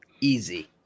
Easy